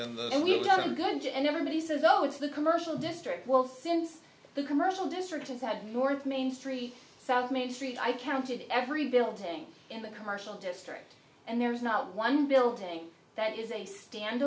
a good and everybody says oh it's the commercial district well since the commercial district has had north main street some major street i counted every building in the commercial district and there is not one building that is a stand